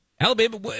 Alabama